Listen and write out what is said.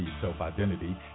self-identity